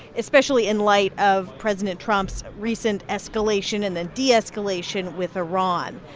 especially in light of president trump's recent escalation and then de-escalation with iran.